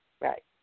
Right